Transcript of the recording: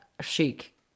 chic